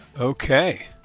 Okay